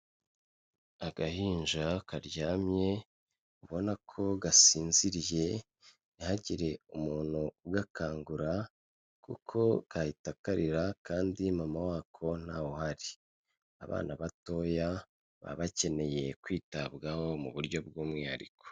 Agahinja karyamye ubona ko gasinziriye, ntihagire umuntu ugakangura kuko kahita karira kandi mama wako ntawe uhari, abana batoya baba bakeneye kwitabwaho mu buryo bw'umwihariko.